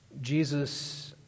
Jesus